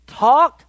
talk